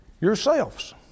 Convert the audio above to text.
yourselves